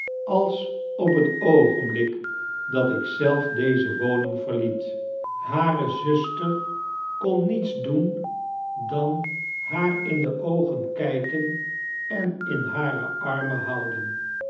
als op het oogiembliik dat ik zeif deae waning verldet hare zuster kon niets doen dan haar in die oogen kijken en in hare armien